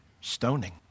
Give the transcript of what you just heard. Stoning